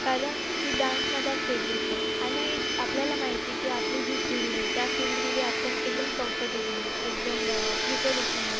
कारण की डान्स माझा फेव्हरेट आहे आणिआपल्याला माहीत आहे की आपली जी फील्ड हे त्या फिल्डमध्ये आपण एकदम कम्फर्टेबल हो एकदम प्रिपरेशन हो